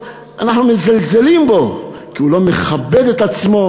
אנחנו מזלזלים בו כי הוא לא מכבד את עצמו,